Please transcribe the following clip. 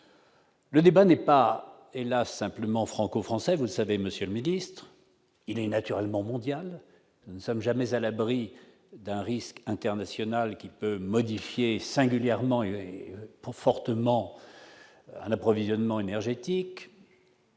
Le débat n'est pas simplement franco-français, vous le savez, il est naturellement mondial. Nous ne sommes jamais à l'abri d'un risque international, qui peut modifier singulièrement et fortement l'approvisionnement énergétique